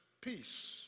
peace